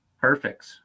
perfect